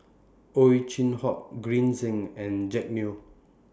Ow Chin Hock Green Zeng and Jack Neo